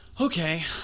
Okay